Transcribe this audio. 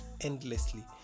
endlessly